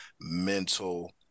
mental